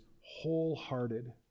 wholehearted